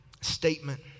statement